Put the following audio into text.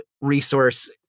resource